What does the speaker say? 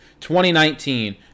2019